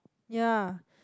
ya